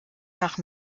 nach